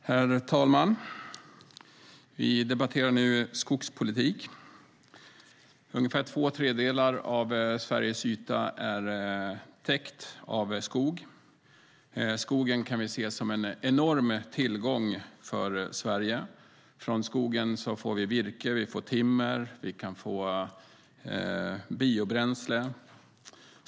Herr talman! Vi debatterar nu skogspolitik. Ungefär två tredjedelar av Sveriges yta är täckt av skog. Vi kan se skogen som en enorm tillgång för Sverige. Från skogen får vi virke, timmer och biobränsle.